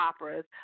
operas